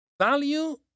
value